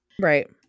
Right